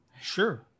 Sure